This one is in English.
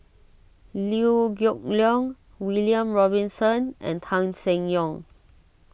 Liew Geok Leong William Robinson and Tan Seng Yong